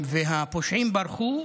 הפושעים ברחו,